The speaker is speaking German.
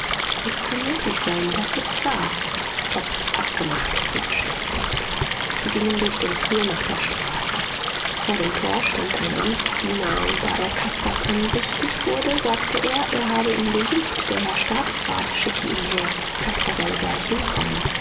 es kann möglich sein das ist wahr topp abgemacht rief schildknecht sie gingen durch den flur nach der straße vor dem tor stand ein amtsdiener und da er caspars ansichtig wurde sagte er er habe ihn gesucht der herr staatsrat schicke ihn her caspar solle gleich hinkommen